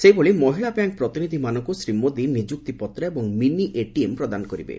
ସେହିଭଳି ମହିଳା ବ୍ୟାଙ୍କ ପ୍ରତିନିଧିମାନଙ୍କୁ ଶ୍ରୀ ମୋଦି ନିଯୁକ୍ତିପତ୍ର ଏବଂ ମିନି ଏଟିଏମ୍ ପ୍ରଦାନ କରିବେ